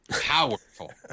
powerful